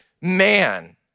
man